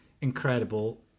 incredible